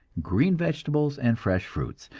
green vegetables and fresh fruits,